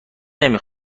نمی